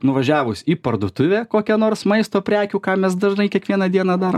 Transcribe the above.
nuvažiavus į parduotuvę kokia nors maisto prekių ką mes dažnai kiekvieną dieną dar